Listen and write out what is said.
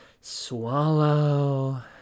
swallow